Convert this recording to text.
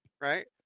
Right